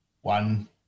one